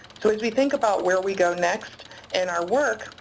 so, as we think about where we go next in our work,